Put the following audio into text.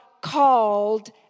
called